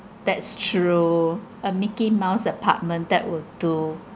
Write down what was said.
that's true a mickey mouse apartment that would do